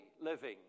living